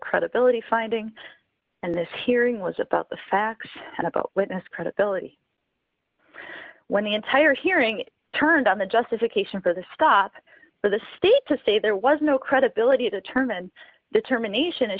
credibility finding and this hearing was about the facts and about witness credibility when the entire hearing turned on the justification for the stop for the state to say there was no credibility determined determination